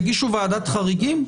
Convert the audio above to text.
יגישו ועדת חריגים?